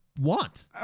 want